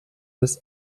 das